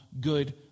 good